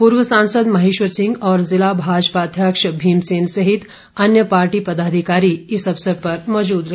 पूर्व सांसद महेश्वर सिंह और जिला भाजपा अध्यक्ष भीम सेन सहित अन्य पार्टी पदाधिकारी इस अवसर पर मौजूद रहे